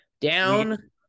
down